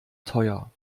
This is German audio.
teuer